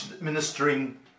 ministering